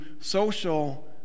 social